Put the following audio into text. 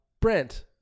Brent